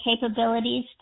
capabilities